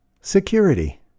Security